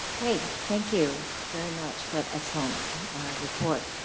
okay. thank you very much for that excellent report.